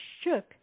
shook